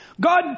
God